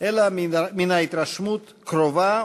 אלא מהתרשמות קרובה,